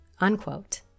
unquote